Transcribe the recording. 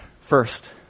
first